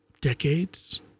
decades